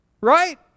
Right